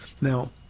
Now